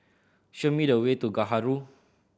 show me the way to Gaharu